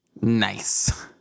Nice